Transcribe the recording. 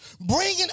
Bringing